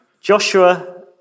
Joshua